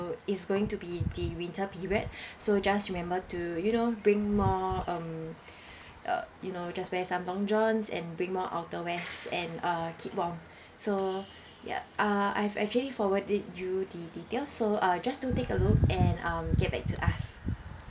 it's going to be the winter period so just remember to you know bring more um uh you know just wear some long johns and bring more outer wears and uh keep warm so ya uh I've actually forwarded you the details so uh just do take a look and um get back to us